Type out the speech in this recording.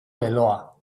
leloa